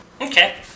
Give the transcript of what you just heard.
okay